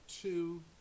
two